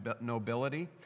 nobility